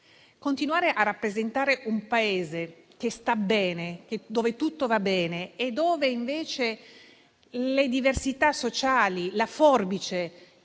Continuare a rappresentare un Paese che sta bene, dove tutto va bene e dove le diversità sociali (la forbice)